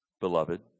beloved